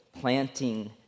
planting